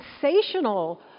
sensational